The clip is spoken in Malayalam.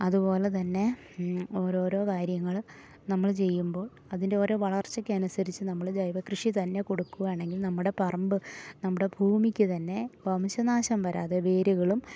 അതു പോലെ തന്നെ ഓരോരോ കാര്യങ്ങൾ നമ്മൾ ചെയ്യുമ്പോൾ അതിൻ്റെ ഓരോ വളർച്ചക്ക് അനുസരിച്ച് നമ്മൾ ജൈവ കൃഷി തന്നെ കൊടുക്കുകയാണെങ്കിൽ നമ്മുടെ പറമ്പ് നമ്മുടെ ഭൂമിക്കു തന്നെ വംശനാശം വരാതെ വേരുകളും